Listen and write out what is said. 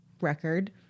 record